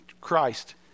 Christ